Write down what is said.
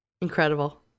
incredible